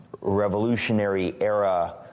revolutionary-era